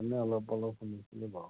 আপুনি অলপ অলপ শুনিছেনে বাৰু